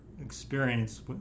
experience